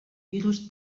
virus